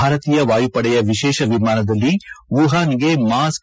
ಭಾರತೀಯ ವಾಯುಪಡೆಯ ವಿಶೇಷ ವಿಮಾನದಲ್ಲಿ ವುಹಾನ್ಗೆ ಮಾಸ್ತ್